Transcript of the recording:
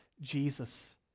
Jesus